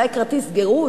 אולי כרטיס גירוד,